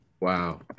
Wow